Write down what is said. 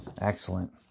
excellent